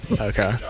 Okay